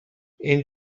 این